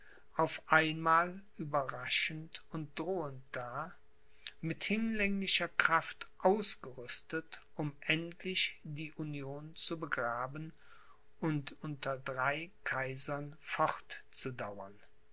auf einmal überraschend und drohend da mit hinlänglicher kraft ausgerüstet um endlich die union zu begraben und unter drei kaisern